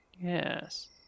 yes